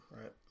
right